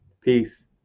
Peace